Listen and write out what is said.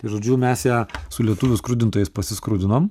iš žodžiu mes ją su lietuvių skrudintojais pasiskrudinom